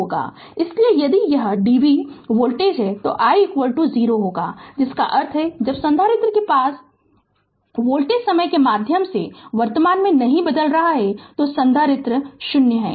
इसलिए यदि यह dc वोल्टेज है तो i 0 होगा जिसका अर्थ है जब संधारित्र के पार वोल्टेज समय के माध्यम से वर्तमान में नहीं बदल रहा है संधारित्र 0 है